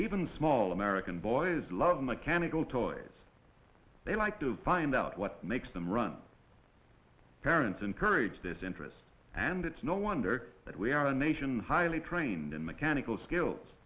even small american boys love mechanical toys they like to find out what makes them run parents encourage this interest and it's no wonder that we are a nation highly trained in mechanical skills